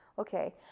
okay